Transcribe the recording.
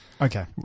Okay